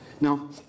Now